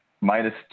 minus